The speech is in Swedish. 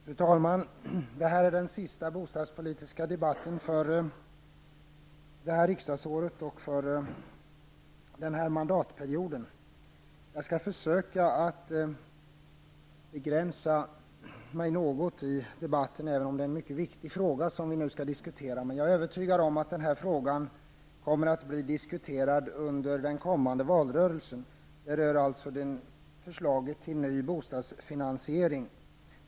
Fru talman! Det här är den sista bostadspolitiska debatten för det här riksdagsåret och för den här mandatperioden. Jag skall försöka att begränsa mig något i debatten, även om det är en mycket viktig fråga vi nu skall diskutera. Jag är emellertid övertygad om att frågan kommer att bli diskuterad under den kommande valrörelsen. Frågan gäller alltså förslaget till ny bostadsfinansiering.